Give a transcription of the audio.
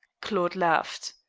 claude laughed.